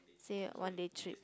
say one day trip